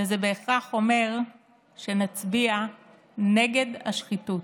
וזה בהכרח אומר שנצביע נגד השחיתות.